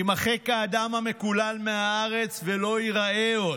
יימחק האדם המקולל מהארץ ולא ייראה עוד.